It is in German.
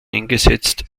eingesetzt